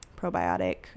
probiotic